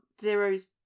Zero's